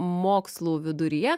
mokslų viduryje